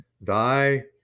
Thy